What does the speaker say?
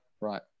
right